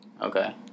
Okay